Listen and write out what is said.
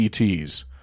ETs